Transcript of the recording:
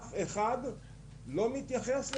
אף אחד לא מתייחס לזה.